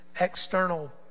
external